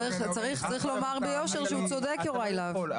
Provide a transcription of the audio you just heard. צריך לומר ביושר שהוא צודק יוראי להב.